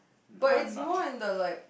but it's more in the like